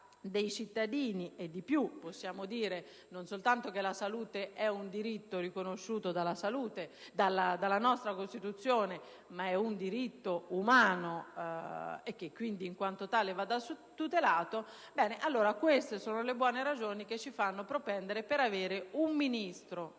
dei cittadini. Di più possiamo dire che non soltanto la salute è un diritto riconosciuto dalla nostra Costituzione, ma è un diritto umano e che quindi in quanto tale va tutelato: queste sono le buone ragioni che ci fanno propendere per avere un Ministro